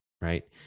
Right